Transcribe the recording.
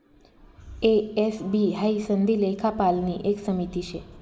ए, S, B हाई सनदी लेखापालनी एक समिती शे